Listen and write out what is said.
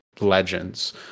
legends